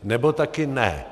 Nebo taky ne.